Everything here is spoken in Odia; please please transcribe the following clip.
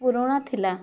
ପୁରୁଣା ଥିଲା